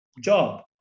job